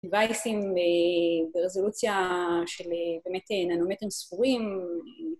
דווייסים ברזולוציה של באמת ננומטרים ספורים